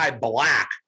Black